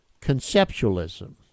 conceptualism